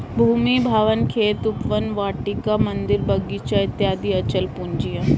भूमि, भवन, खेत, उपवन, वाटिका, मन्दिर, बगीचा इत्यादि अचल पूंजी है